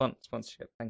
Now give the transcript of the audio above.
sponsorship